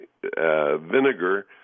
vinegar